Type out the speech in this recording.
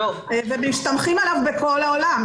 ומסתמכים עליו בכל העולם,